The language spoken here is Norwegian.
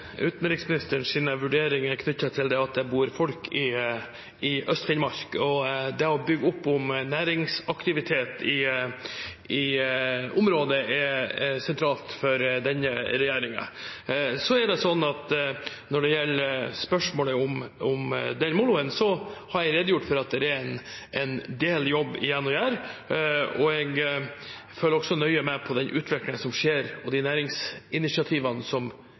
vurderinger knyttet til det at det bor folk i Øst-Finnmark. Det å bygge opp om næringsaktivitet i området er sentralt for denne regjeringen. Når det gjelder spørsmålet om moloen, har jeg redegjort for at det er en del jobb igjen å gjøre. Jeg følger nøye med på den utviklingen som skjer, og på de næringsinitiativene som